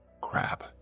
Crap